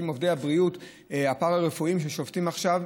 עובדי הבריאות הפארה-רפואיים ששובתים עכשיו.